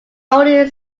only